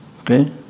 Okay